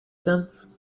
sense